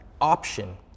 option